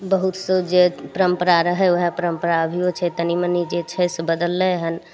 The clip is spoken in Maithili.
बहुत सो जे परम्परा रहय ओएह परम्परा अभियो छै तनी मनी जे छै से बदललै हन